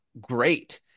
great